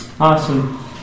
Awesome